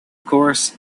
course